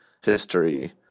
history